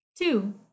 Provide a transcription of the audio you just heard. two